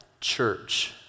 church